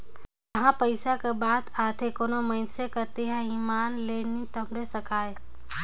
जिहां पइसा कर बात आथे कोनो मइनसे कर तिहां ईमान ल नी टमड़े सकाए